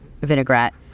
vinaigrette